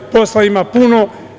Posla ima puno.